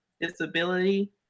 disability